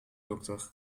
dokter